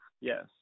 Yes